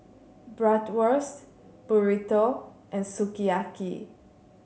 Bratwurst Burrito and Sukiyaki